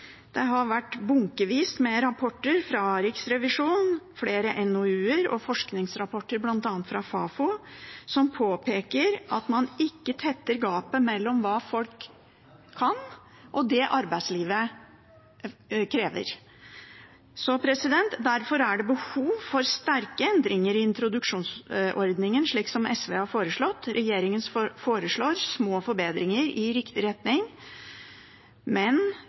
Det har vært bunkevis med rapporter fra Riksrevisjonen, flere NOU-er og forskningsrapporter fra bl.a. Fafo, som påpeker at man ikke tetter gapet mellom hva folk kan, og det arbeidslivet krever. Derfor er det behov for sterke endringer i introduksjonsordningen, slik SV har foreslått. Regjeringen foreslår små forbedringer i riktig retning, men